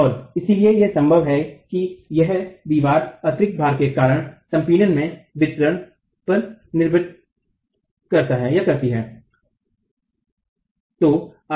और इसलिए यह संभव है कि यह दीवार अतिरिक्त भार के कारण संपीड़न के वितरण पर निर्भर करता है